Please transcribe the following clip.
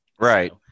Right